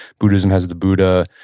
buddhism has the buddha.